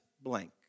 blank